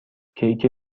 کیک